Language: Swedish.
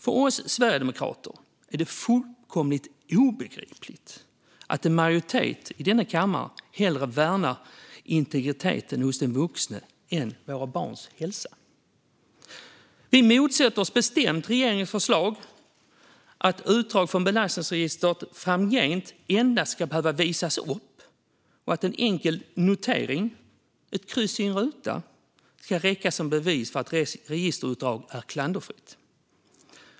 För oss sverigedemokrater är det fullkomligt obegripligt att en majoritet i denna kammare hellre värnar integriteten hos vuxna än våra barns bästa. Vi motsätter oss bestämt regeringens förslag att utdrag från belastningsregistret framgent endast ska behöva visas upp och att en enkel notering - ett kryss i en ruta - ska räcka som bevis för att registerutdraget är klanderfritt.